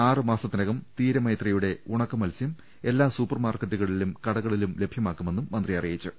ആറുമാസത്തിനകം തീരമൈത്രിയുടെ ഉണക്കമത്സൃം എല്ലാ സൂപ്പർമാർക്കറ്റുകളിലും കടകളിലും ലഭ്യമാക്കുമെന്നും മന്ത്രി അറിയിച്ചു